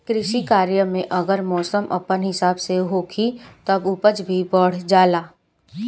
कृषि कार्य में अगर मौसम अपना हिसाब से होखी तब उपज भी बढ़ जाला